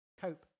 cope